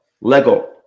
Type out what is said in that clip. lego